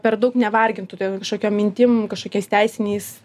per daug nevargintų ten kažkokiom mintim kažkokiais teisiniais